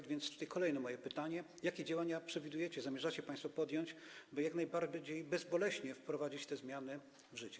A więc tutaj kolejne moje pytanie: Jakie działania przewidujecie, zamierzacie państwo podjąć, by jak najbardziej bezboleśnie wprowadzić te zmiany w życie?